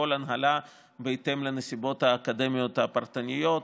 כל הנהלה בהתאם לנסיבות האקדמיות הפרטניות,